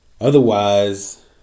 Otherwise